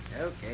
Okay